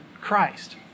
Christ